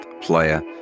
player